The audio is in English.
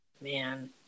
Man